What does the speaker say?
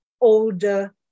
older